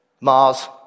Mars